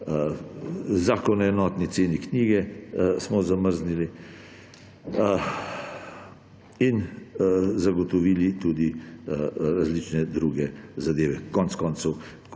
Zakon o enotni ceni knjige smo zamrznili in zagotovili tudi različne druge zadeve. Konec koncev